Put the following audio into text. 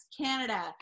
Canada